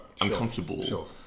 uncomfortable